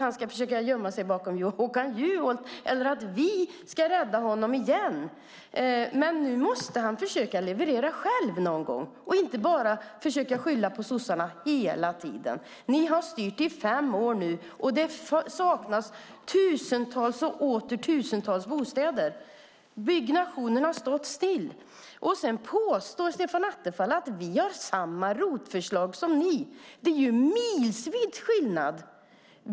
Han kan försöka gömma sig bakom Håkan Juholt eller att vi ska rädda honom igen, men nu måste han försöka leverera själv och inte bara skylla på sossarna. Ni har styrt i fem år, och det saknas tusentals och åter tusentals bostäder. Byggandet har stått still. Stefan Attefall påstår att vi har samma ROT-förslag som Alliansen. Det är milsvid skillnad.